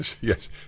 Yes